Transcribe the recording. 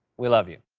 we love you.